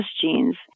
genes